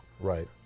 Right